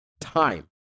time